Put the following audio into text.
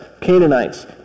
Canaanites